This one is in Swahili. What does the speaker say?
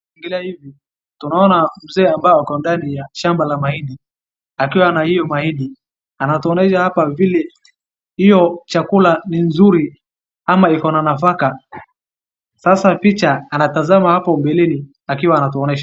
Tukiangalia hivi, tunaona mzee ambaye ako ndani ya shamba la mahindi, akiwa na hiyo mahindi. Anatuonyesha hapa vile hiyo chakula ni nzuri ama iko na nafaka. Sasa picha, anatazama hapo mbeleni akiwa anatuonyesha.